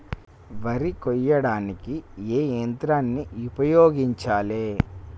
వరి కొయ్యడానికి ఏ యంత్రాన్ని ఉపయోగించాలే?